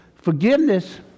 Forgiveness